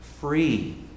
Free